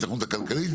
ההיתכנות הכלכלית,